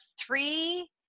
three